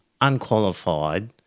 unqualified